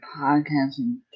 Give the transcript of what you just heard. podcasting